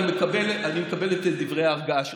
אני מקבל את דברי ההרגעה שלך.